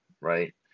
right